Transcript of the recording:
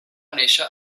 néixer